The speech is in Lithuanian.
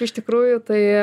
iš tikrųjų tai